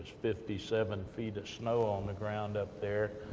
fifty seven feet of snow on the ground up there,